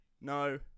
No